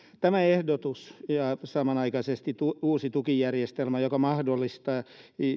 tämä ehdotus ja samanaikaisesti uusi tukijärjestelmä joka mahdollistaisi